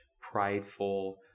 prideful